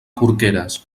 porqueres